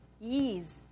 ease